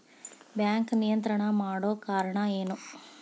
Bank ನಿಯಂತ್ರಣ ಮಾಡೊ ಕಾರ್ಣಾ ಎನು?